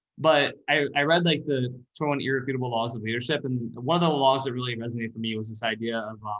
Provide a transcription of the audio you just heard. but i read like the twenty one irrefutable laws of leadership and one of the laws that really resonated for me, it was this idea of, um